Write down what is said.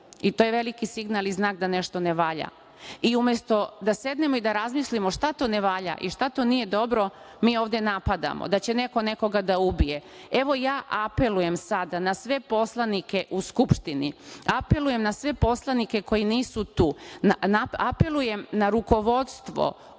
i to je veliki signal i znak da nešto ne valja. I umesto da sednemo i da razmislimo šta to ne valja i šta to nije dobro, mi ovde napadamo da će neko nekoga da ubije. Evo, ja apelujem sada na sve poslanike u Skupštini, apelujem na sve poslanike koji nisu tu, apelujem na rukovodstvo